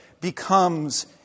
becomes